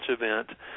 event